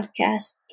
podcast